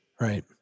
Right